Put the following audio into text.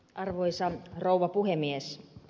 arvoisa rouva puhemies